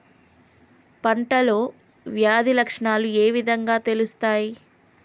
పంటలో వ్యాధి లక్షణాలు ఏ విధంగా తెలుస్తయి?